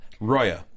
Roya